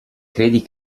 credi